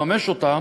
לממש אותן,